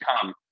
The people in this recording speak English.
come